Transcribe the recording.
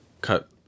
cut